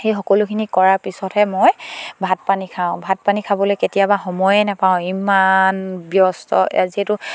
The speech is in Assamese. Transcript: সেই সকলোখিনি কৰাৰ পিছতহে মই ভাত পানী খাওঁ ভাত পানী খাবলৈ কেতিয়াবা সময়ে নাপাওঁ ইমান ব্যস্ত যিহেতু